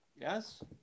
yes